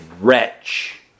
wretch